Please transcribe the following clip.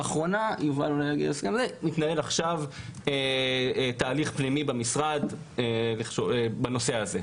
לאחרונה --- מתנהל עכשיו תהליך פנימי במשרד בנושא הזה.